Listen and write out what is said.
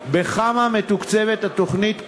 3. בכמה מתוקצבת התוכנית כיום?